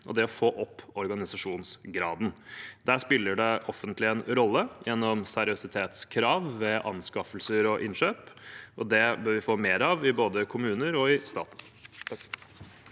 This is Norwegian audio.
og det å få opp organisasjonsgraden. Der spiller det offentlige en rolle gjennom seriøsitetskrav ved anskaffelser og innkjøp, og det bør vi få mer av i både kommuner og stat.